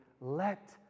let